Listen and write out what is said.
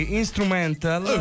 instrumental